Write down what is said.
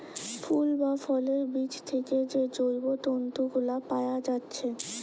ফুল বা ফলের বীজ থিকে যে জৈব তন্তু গুলা পায়া যাচ্ছে